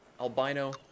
albino